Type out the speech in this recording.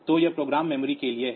तो यह program memory के लिए है